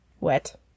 wet